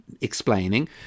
explaining